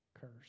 curse